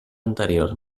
anterior